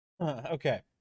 Okay